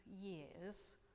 years